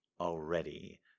already